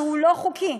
שהוא לא חוקי,